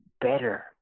better